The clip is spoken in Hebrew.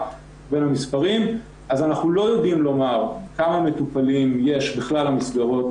בין המספרים אז אנחנו לא יודעים לומר כמה מטופלים יש לכלל המסגרות